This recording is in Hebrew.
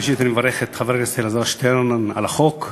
ראשית אני מברך את חבר הכנסת אלעזר שטרן על החוק.